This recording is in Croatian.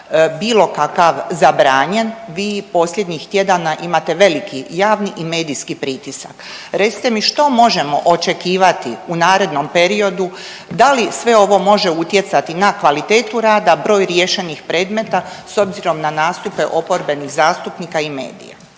bilo kakav zabranjen vi posljednjih tjedana imate veliki javni i medijski pritisak. Recite mi što možemo očekivati u narednom periodu, da li sve ovo može utjecati na kvalitetu rada, broj riješenih predmeta s obzirom na nastupe oporbenih zastupnika i medija.